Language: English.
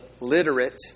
literate